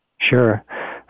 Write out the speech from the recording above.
Sure